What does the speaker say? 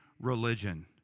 religion